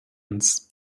uns